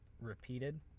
repeated